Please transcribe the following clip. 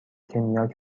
کنیاک